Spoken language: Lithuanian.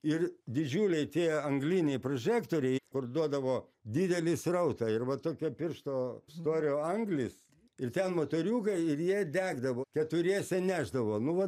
ir didžiuliai tie angliniai prožektoriai kur duodavo didelį srautą ir va tokia piršto storio anglis ir ten motoriukai ir jie degdavo keturiese nešdavo nu vat